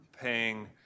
paying